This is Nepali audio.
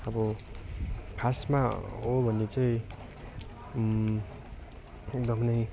अब खासमा हो भने चाहिँ एकदमै